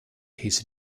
his